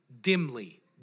dimly